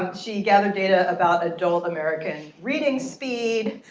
um she gathered data about adult american reading speed.